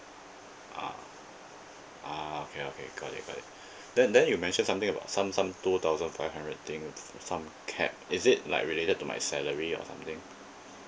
ah ah okay okay got it got it then then you mention something about some some two thousand five hundred things some cap is it like related to my salary or something